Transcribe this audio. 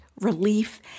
relief